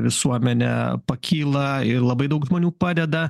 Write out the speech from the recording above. visuomenė pakyla ir labai daug žmonių padeda